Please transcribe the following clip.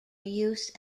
use